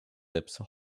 lips